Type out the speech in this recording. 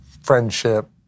friendship